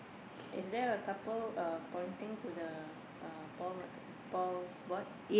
is there a couple uh pointing to the uh Paul-McCart~ uh Paul's board